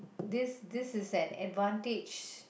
this this is an advantage